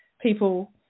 people